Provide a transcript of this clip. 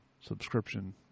subscription